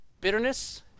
bitterness